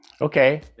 Okay